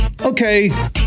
Okay